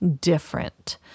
different